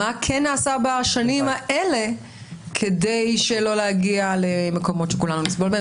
מה כן נעשה בשנים האלה כדי שלא להגיע למקומות שכולנו נסבול בהם.